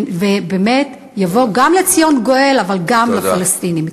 ובאמת יבוא גם לציון גואל, אבל גם לפלסטינים.